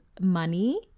money